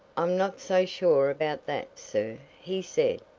i'm not so sure about that, sir, he said.